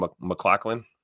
McLaughlin